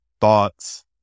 thoughts